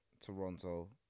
Toronto